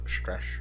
Stress